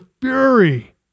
fury